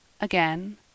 again